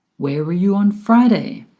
where were you on friday?